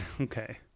okay